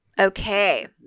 Okay